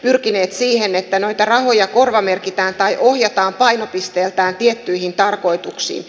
pyrkineet siihen että näitä rahoja korvamerkitään tai ohjataan painopisteeltään tiettyihin tarkoituksiin